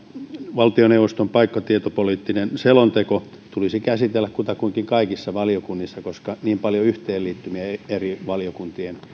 valtioneuvoston paikkatietopoliittinen selonteko tulisi käsitellä kutakuinkin kaikissa valiokunnissa koska niin paljon yhteenliittymiä eri valiokuntien